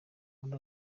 muri